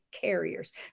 carriers